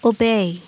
Obey